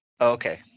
okay